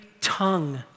tongue